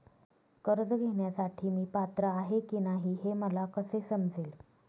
कर्ज घेण्यासाठी मी पात्र आहे की नाही हे मला कसे समजेल?